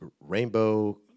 rainbow